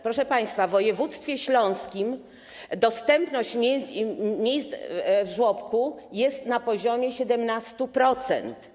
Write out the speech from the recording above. Proszę państwa, w województwie śląskim dostępność miejsc w żłobkach jest na poziomie 17%.